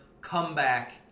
comeback